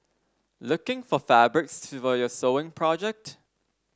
looking for fabrics for your sewing project